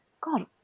God